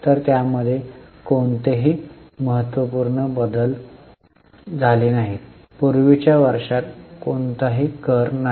तर त्यामध्ये कोणतेही महत्त्वपूर्ण बदल झाले नाहीत पूर्वीच्या वर्षांत कोणताही कर नाही